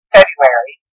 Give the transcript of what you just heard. February